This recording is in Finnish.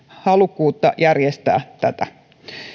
halukkuutta järjestää tätä